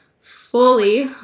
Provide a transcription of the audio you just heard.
fully